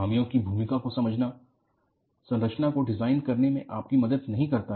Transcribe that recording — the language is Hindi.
खामियों की भूमिका को समझना संरचना को डिजाइन करने में आपकी मदद नहीं करता है